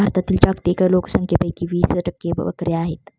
भारतातील जागतिक लोकसंख्येपैकी वीस टक्के बकऱ्या आहेत